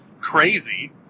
crazy